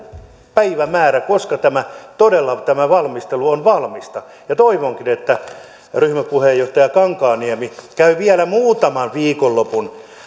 päivämäärän koska tämä valmistelu todella on valmista toivonkin että ryhmäpuheenjohtaja kankaanniemi käy vielä muutaman viikonlopun